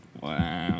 wow